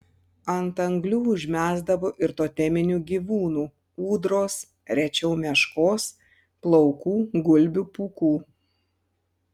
ant anglių užmesdavo ir toteminių gyvūnų ūdros rečiau meškos plaukų gulbių pūkų